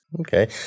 Okay